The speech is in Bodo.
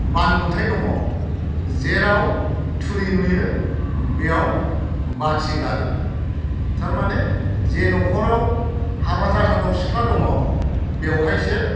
बानबुंथाय दङ जेराव थुरि नुयो बेयाव बाथि गारो थारमाने जे न'खराव हाबा जाथावथाव सिख्ला दङ बेयावहायसो